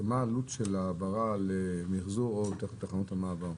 מה העלות של ההעברה למחזור או דרך תחנות המעבר?